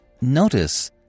Notice